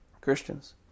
Christians